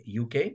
UK